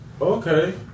Okay